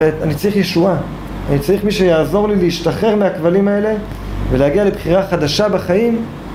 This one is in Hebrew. אני צריך ישועה, אני צריך מי שיעזור לי להשתחרר מהכבלים האלה, ולהגיע לבחירה חדשה בחיים...